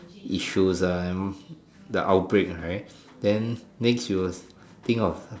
issues um the outbreak right then next you'll think of